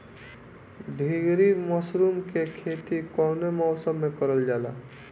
ढीघरी मशरूम के खेती कवने मौसम में करल जा?